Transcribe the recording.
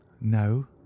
no